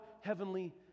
heavenly